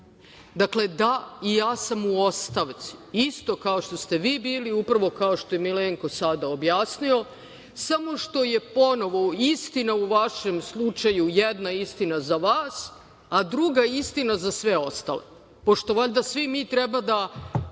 Dakle, da, i ja sam u ostavci. Isto kao što ste vi bili, upravo kao što je Milenko sada objasnio, samo što je ponovo istina u vašem slučaju jedna istina za vas, a druga istina za sve ostale, pošto valjda svi mi treba da